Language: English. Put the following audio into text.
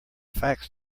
facts